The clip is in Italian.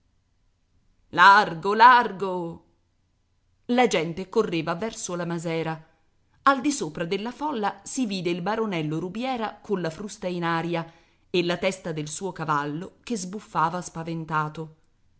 largo largo la gente correva verso la masera al disopra della folla si vide il baronello rubiera colla frusta in aria e la testa del suo cavallo che sbuffava spaventato